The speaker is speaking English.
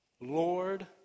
Lord